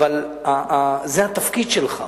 אבל זה התפקיד שלך.